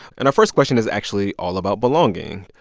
and our first question is actually all about belonging.